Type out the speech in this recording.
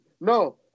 No